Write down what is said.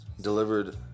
delivered